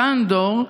סאן דור,